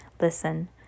Listen